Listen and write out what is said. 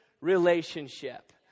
relationship